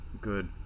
good